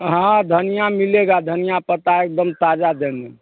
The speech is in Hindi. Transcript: हाँ धनिया मिलेगा धनिया पत्ता एक दम ताज़ा देंगे